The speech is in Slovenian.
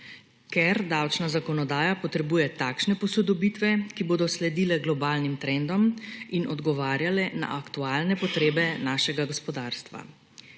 Ker davčna zakonodaja potrebuje takšne posodobitve, ki bodo sledile globalnim trendom in odgovarjale na aktualne potrebe našega gospodarstva.